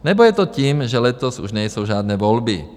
Nebo je to tím, že letos už nejsou žádné volby?